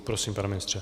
Prosím, pane ministře.